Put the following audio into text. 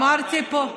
אמרתי: פה,